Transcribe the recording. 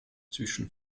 zwischen